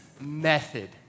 method